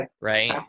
right